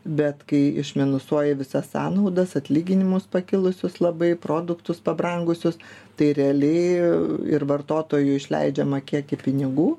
bet kai iš minusuoja visas sąnaudas atlyginimus pakilusius labai produktus pabrangusius tai realiai ir vartotojų išleidžiamą kiekį pinigų